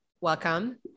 welcome